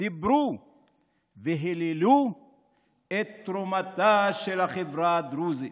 דיברו והיללו את תרומתה של החברה הדרוזית.